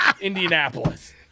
Indianapolis